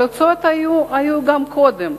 אבל ההוצאות היו גם קודם,